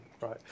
Right